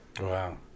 Wow